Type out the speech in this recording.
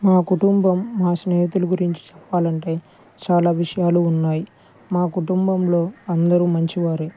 మా కుటుంబం మా స్నేహితుల గురించి చెప్పాలంటే చాలా విషయాలు ఉన్నాయి మా కుటుంబంలో అందరు మంచివారే